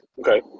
Okay